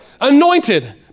anointed